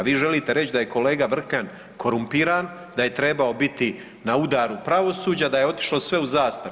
Vi želite reći da je kolega Vrkljan korumpiran, da je trebao biti na udaru pravosuđa, da je otišlo sve u zastaru.